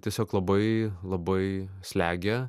tiesiog labai labai slegia